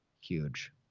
Huge